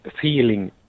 feeling